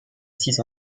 six